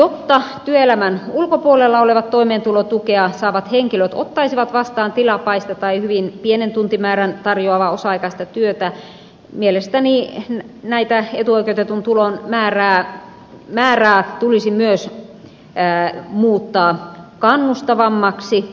jotta työelämän ulkopuolella olevat toimeentulotukea saavat henkilöt ottaisivat vastaan tilapäistä tai hyvin pienen tuntimäärän tarjoavaa osa aikaista työtä mielestäni tätä etuoikeutetun tulon määrää tulisi myös muuttaa kannustavammaksi